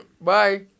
Bye